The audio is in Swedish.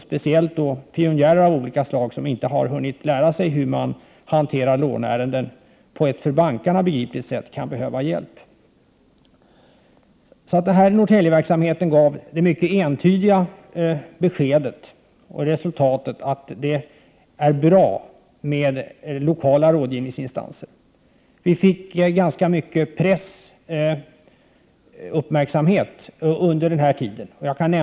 Speciellt gäller detta pionjärer av olika slag, som inte har hunnit lära sig hur man hanterar låneärenden på ett för bankerna begripligt sätt. Dessa företagare kan därför behöva hjälp. Verksamheten i Norrtälje gav alltså det mycket entydiga beskedet och resultatet att det är bra med lokala rådgivningsinstanser. Vi fick ganska god press och annan uppmärksamhet under den här tiden.